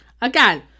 Again